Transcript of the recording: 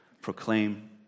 Proclaim